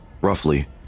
roughly